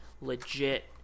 legit